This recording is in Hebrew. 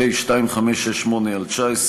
פ/2568/19,